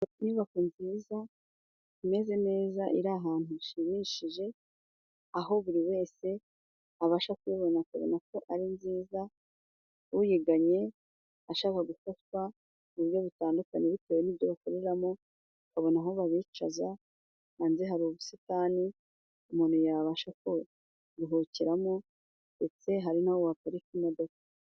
Inyubako nziza imeze neza iri ahantu hashimishije, aho buri wese abasha kubibona akabona ko ari nziza, uyiganye ashaka gufatwa mu buryo butandukanye bitewe n'ibyo bakoreramo babona aho babicaza hanze, hari ubusitani umuntu yabasha kururuhukiramo ndetse hari n'aho waparika imodoka.